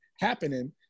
happening